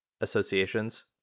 Associations